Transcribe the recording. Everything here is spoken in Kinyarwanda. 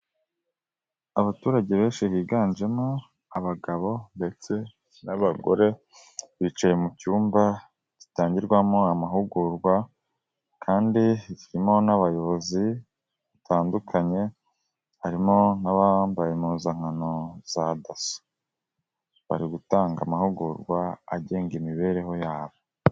Abaturage benshi higanjemo abagabo ndetse n'abagore, bicaye mu byumba zitangirwamo amahugurwa kandi zirimo n'abayobozi batandukanye, harimo n'abambaye impuzankano za daso bari gutanga amahugurwa agenga imibereho yabo.